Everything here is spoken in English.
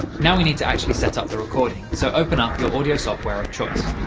now we need to actually set up the recording, so open up your audio software of choice.